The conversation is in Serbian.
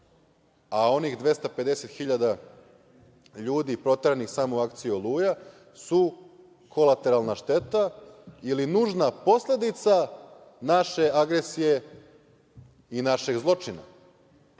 A onih 250 hiljada ljudi proteranih samo u akciji „Oluja“ su kolateralna šteta ili nužna posledica naše agresije i našeg zločina.